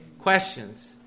Questions